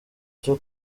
cyo